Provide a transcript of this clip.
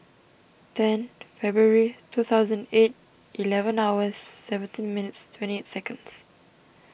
ten February two thousand eight eleven hours seventeen minutes twenty eight seconds